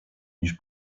niż